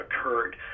occurred